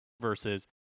versus